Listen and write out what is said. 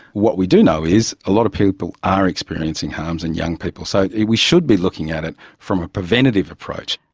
what we do know is a lot of people are experiencing harms in young people. so we should be looking at it from a preventative approach.